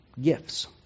gifts